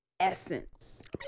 essence